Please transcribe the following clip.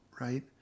right